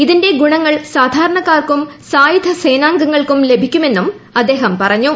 ഇതിന്റെ ഗുണങ്ങൾ സാധാരണ ക്കാർക്കും സായുധസേനാംഗങ്ങൾക്കും ലഭിക്കുമെന്നും അദ്ദേഹം പറഞ്ഞു